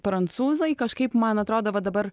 prancūzai kažkaip man atrodo va dabar